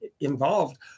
involved